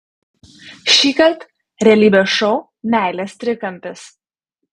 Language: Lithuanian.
šįkart realybės šou meilės trikampis